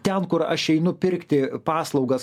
ten kur aš einu pirkti paslaugas